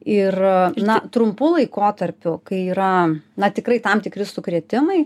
ir na trumpu laikotarpiu kai yra na tikrai tam tikri sukrėtimai